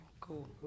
cool